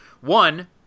one